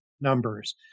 numbers